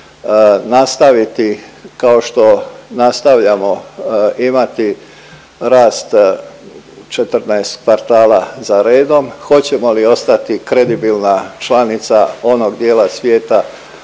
nastaviti kao što nastavljamo imati rast 14 kvartala za redom, hoćemo li ostati kredibilna članica onog dijela svijeta